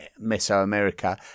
Mesoamerica